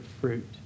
fruit